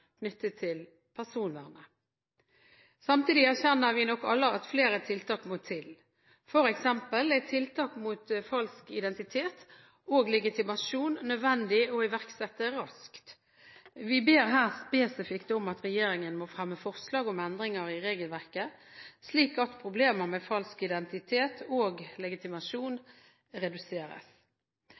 knyttet til personvernet. Samtidig erkjenner vi alle at flere tiltak må til. For eksempel er tiltak mot falsk identitet og legitimasjon nødvendig å iverksette raskt. Vi ber her spesifikt om at regjeringen må fremme forslag om endringer i regelverket, slik at problemer med falsk identitet og legitimasjon reduseres.